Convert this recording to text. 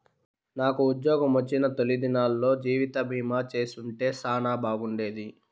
నాకుజ్జోగమొచ్చిన తొలి దినాల్లో జీవితబీమా చేసుంటే సానా బాగుండేది